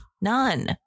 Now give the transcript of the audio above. none